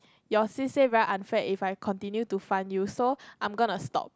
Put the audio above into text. your sis say very unfair if I continue to fund you so I'm gonna stop